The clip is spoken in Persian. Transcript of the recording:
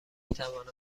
توانم